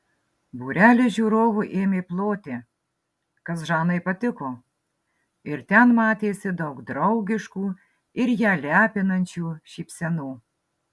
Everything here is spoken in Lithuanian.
būrelis žiūrovų ėmė ploti kas žanai patiko ir ten matėsi daug draugiškų ir ją lepinančių šypsenų